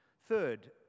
Third